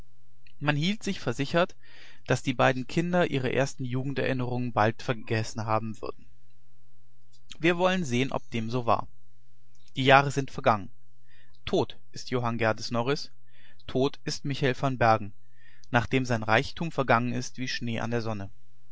man hielt sich versichert daß die beiden kinder ihre ersten jugenderinnerungen bald genug vergessen haben würden wir wollen sehen ob dem so war die jahre sind vergangen tot ist johann geerdes norris tot ist michael van bergen nachdem sein reichtum vergangen ist wie schnee an der sonne